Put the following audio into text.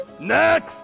Next